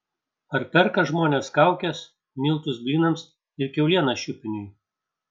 ar perka žmonės kaukes miltus blynams ir kiaulieną šiupiniui